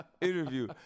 interview